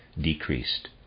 decreased